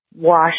wash